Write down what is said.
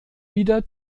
wieder